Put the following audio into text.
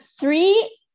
three